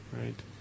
right